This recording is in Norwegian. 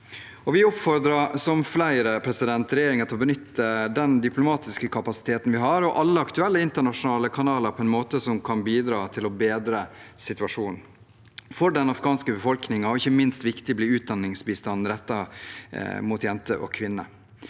Vi oppfordrer, som flere, regjeringen til å benytte den diplomatiske kapasiteten vi har, og alle aktuelle internasjonale kanaler på en måte som kan bidra til å bedre situasjonen for den afghanske befolkningen. Ikke minst er det viktig at utdanningsbistanden blir rettet mot jenter og kvinner.